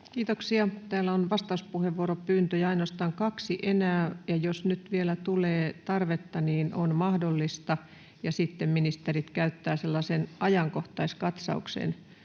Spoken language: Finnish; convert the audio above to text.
Kiitoksia. — Täällä on vastauspuheenvuoropyyntöjä ainoastaan kaksi enää. Jos nyt vielä tulee tarvetta, niin on mahdollista. Sitten ministerit käyttävät sellaisen ajankohtaiskatsauksen